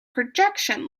projection